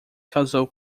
casou